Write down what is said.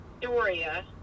Doria